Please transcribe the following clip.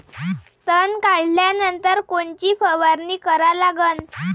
तन काढल्यानंतर कोनची फवारणी करा लागन?